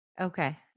Okay